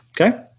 Okay